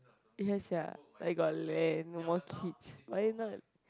yeah sia like got land no more kids why not